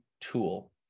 tool